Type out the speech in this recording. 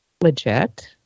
legit